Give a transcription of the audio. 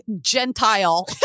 Gentile